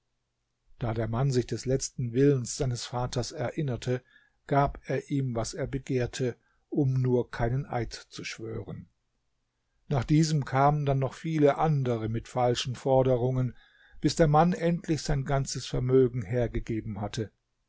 da der mann sich des letzten willens seines vaters erinnerte gab er ihm was er begehrte um nur keinen eid zu schwören nach diesem kamen dann noch viele andere mit falschen forderungen bis der mann endlich sein ganzes vermögen hergegeben hatte